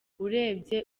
urebye